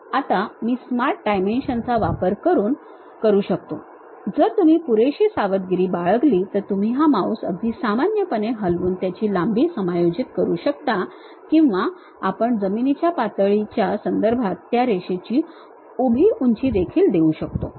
आता मी माझ्या स्मार्ट डायमेन्शनचा वापर करू शकतो जर तुम्ही पुरेशी सावधगिरी बाळगली तर तुम्ही हा माउस अगदी सामान्यपणे हलवून त्याची लांबी समायोजित करू शकता किंवा आपण जमिनीच्या पातळीच्या संदर्भात त्या रेषेची उभी उंची देखील देऊ शकतो